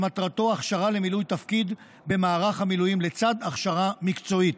שמטרתה הכשרה למילוי תפקיד במערך המילואים לצד הכשרה מקצועית.